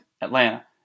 Atlanta